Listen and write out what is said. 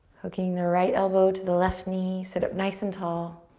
hooking the right elbow to the left knee, sit up nice and tall.